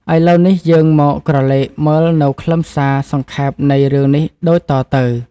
ឥឡូវនេះយើងមកក្រឡេកមើលនៅខ្លឹមសារសង្ខេមនៃរឿងនេះដូចតទៅ ។